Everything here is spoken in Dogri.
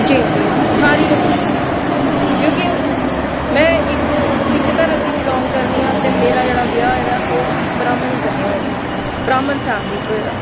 चेंज होई गेई कि सारी बदली गेइयां क्योंकि में इक्क सिक्ख धर्म गी बीलांग करनी आं ते मेरा जेह्ड़ा ब्याह् होए दा ऐ ओह् ब्रहामण कन्नै होए दा ऐ ब्रहामण फैमिली च होए दा ऐ